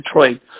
Detroit